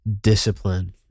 discipline